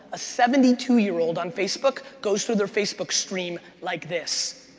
a seventy two year old on facebook goes through their facebook stream like this.